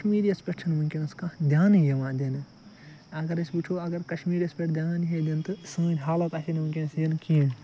کشمیٖریَس پیٚٹھ چھَ نہٕ ونکیٚس کانہہ دیانے یِوان دنہ اگر أسۍ وٕچھو اگر کشمیٖریَس پیٚٹھ دیان یی دنہ تہٕ سٲنۍ حالت آسہہَ نہٕ ونکیٚنَس یہِ کینٛہہ